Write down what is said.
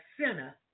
sinner